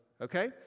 Okay